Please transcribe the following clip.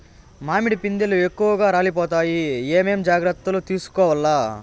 మామిడి పిందెలు ఎక్కువగా రాలిపోతాయి ఏమేం జాగ్రత్తలు తీసుకోవల్ల?